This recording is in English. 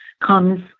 comes